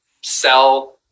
sell